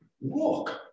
walk